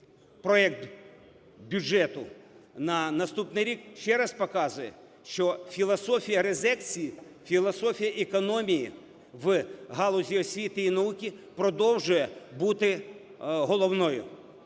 проект бюджету на наступний рік ще раз показує, що філософія резекції, філософія економії в галузі освіти і науки продовжує бути головною.